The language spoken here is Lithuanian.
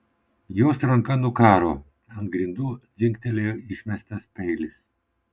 jos ranka nukaro ant grindų dzingtelėjo išmestas peilis